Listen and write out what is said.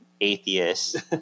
atheist